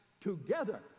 together